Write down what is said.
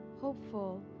hopeful